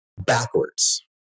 backwards